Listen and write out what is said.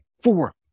four